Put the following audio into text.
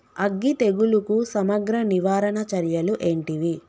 అగ్గి తెగులుకు సమగ్ర నివారణ చర్యలు ఏంటివి?